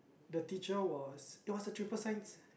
the teacher was there was a triple science